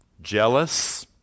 Jealous